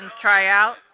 Tryout